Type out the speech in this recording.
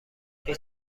هیچ